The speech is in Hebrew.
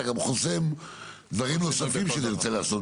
אתה גם חוסם דברים נוספים שנרצה לעשות